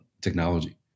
technology